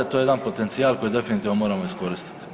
To je jedan potencijal koji definitivno moramo iskoristiti.